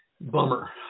Bummer